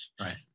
Right